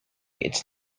its